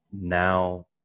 now